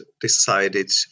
decided